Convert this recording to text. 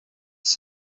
this